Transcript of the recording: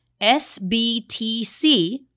SBTC